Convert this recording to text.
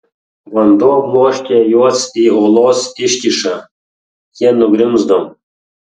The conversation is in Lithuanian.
vanduo bloškė juos į uolos iškyšą jie nugrimzdo